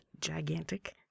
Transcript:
gigantic